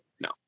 No